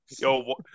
Yo